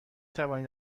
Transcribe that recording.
توانید